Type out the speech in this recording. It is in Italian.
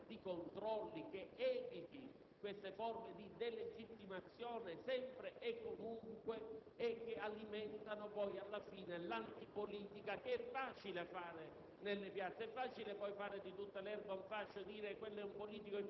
ma certamente introducendo un sistema di vigilanza, di controlli che eviti queste forme di delegittimazione sempre e comunque, che alimentano - alla fine - un'antipolitica che è facile fare